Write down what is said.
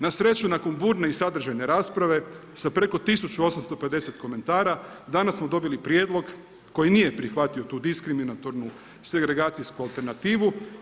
Na sreću nakon burne i sadržajne rasprave sa preko 1850 komentara danas smo dobili prijedlog koji nije prihvatio tu diskriminatornu segregacijsku alternativu.